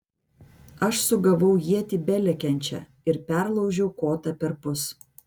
aš sugavau ietį belekiančią ir perlaužiau kotą perpus